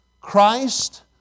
Christ